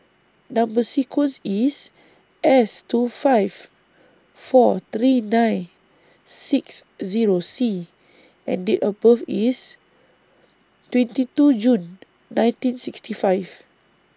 Number sequence IS S two five four three nine six Zero C and Date of birth IS twenty two June nineteen sixty five